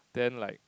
then like